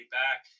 back